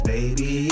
Baby